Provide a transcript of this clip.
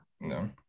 No